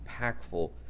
impactful